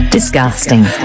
Disgusting